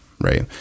right